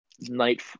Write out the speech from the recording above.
night